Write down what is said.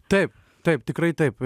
taip taip tikrai taip